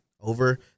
Over